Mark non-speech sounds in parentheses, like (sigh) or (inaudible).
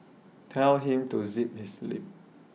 (noise) tell him to zip his lip